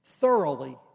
Thoroughly